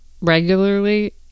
regularly